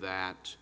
that